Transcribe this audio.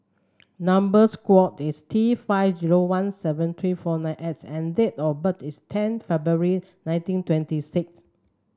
number square is T five zero one seven three four nine X and date of birth is ten February nineteen twenty six